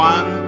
One